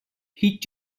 هیچ